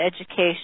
education